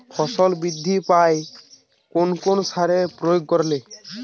ফসল বৃদ্ধি পায় কোন কোন সার প্রয়োগ করলে?